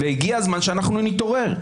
הגיע הזמן שאנחנו נתעורר.